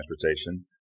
Transportation